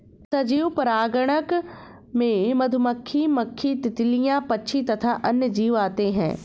सजीव परागणक में मधुमक्खी, मक्खी, तितलियां, पक्षी तथा अन्य जीव आते हैं